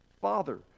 Father